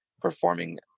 performing